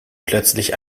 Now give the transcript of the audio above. plötzlich